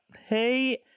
Hey